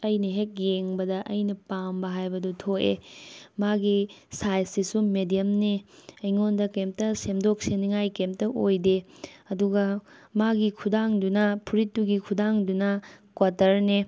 ꯑꯩꯅ ꯍꯦꯛ ꯌꯦꯡꯕꯗ ꯑꯩꯅ ꯄꯥꯝꯕ ꯍꯥꯏꯕꯗꯣ ꯊꯣꯛꯑꯦ ꯃꯥꯒꯤ ꯁꯥꯏꯖꯁꯤꯁꯨ ꯃꯦꯗꯤꯌꯝꯅꯤ ꯑꯩꯉꯣꯟꯗ ꯀꯔꯤꯝꯇ ꯁꯦꯝꯗꯣꯛ ꯁꯦꯝꯅꯤꯡꯉꯥꯏ ꯀꯔꯤꯝꯇ ꯑꯣꯏꯗꯦ ꯑꯗꯨꯒ ꯃꯥꯒꯤ ꯈꯨꯗꯥꯡꯗꯨꯅ ꯐꯨꯔꯤꯠꯇꯨꯒꯤ ꯈꯨꯗꯥꯡꯗꯨꯅ ꯀ꯭ꯋꯥꯇꯔꯅꯦ